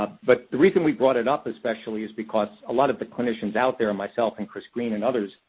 but the reason we brought it up, especially, is because a lot of the clinicians out there, and myself and chris green and others,